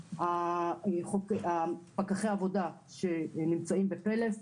כולל פקחי העבודה שנמצאים בפלס,